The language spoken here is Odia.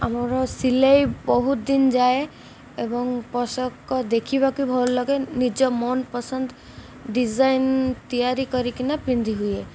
ଆମର ସିଲେଇ ବହୁତ ଦିନ ଯାଏ ଏବଂ ପୋଷକ ଦେଖିବାକୁ ଭଲ ଲାଗେ ନିଜ ମନ ପସନ୍ଦ ଡିଜାଇନ୍ ତିଆରି କରିକିନା ପିନ୍ଧି ହୁଏ